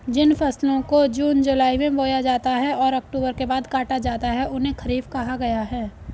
जिन फसलों को जून जुलाई में बोया जाता है और अक्टूबर के बाद काटा जाता है उन्हें खरीफ कहा गया है